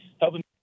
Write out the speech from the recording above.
helping